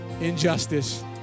injustice